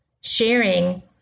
sharing